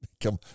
Come